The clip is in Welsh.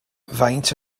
faint